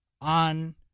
on